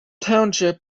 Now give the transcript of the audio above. township